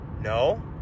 No